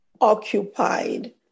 occupied